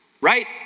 right